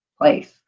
place